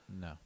No